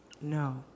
No